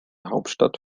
hauptstadt